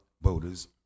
voters